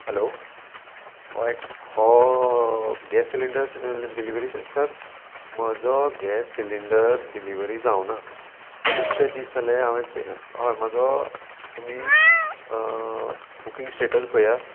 hello हो X हो gas cylinder delivery sir म्हजो गॅस सिलिंडर डिलिवरी जावना खुबशे दीस जाले हांवे हय म्हजो तुमी बुकींग स्टेटस पयात